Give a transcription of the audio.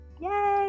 Yay